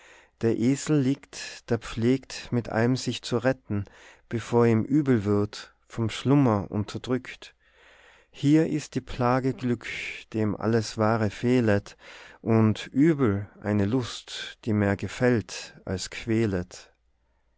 der esle liegt der pflegt mit allem sich zu retten bevor ihm übel wird vom schlummer unterdrückt hier ist die plage glück dem alles wahre fehlet und übel eine lust die mehr gefällt als quälet